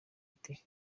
ite